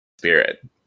Spirit